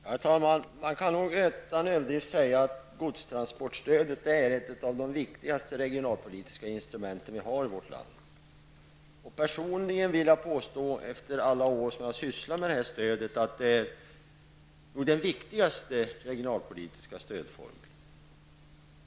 Herr talman! Man kan utan överdrift säga att godstransportstödet är ett av de viktigaste regionalpolitiska instrument som vi har i vårt land. Personligen vill jag påstå efter alla de år som jag har sysslat med detta stöd att det är den viktigaste regionalpolitiska stödformen.